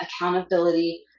accountability